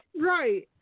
Right